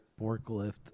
forklift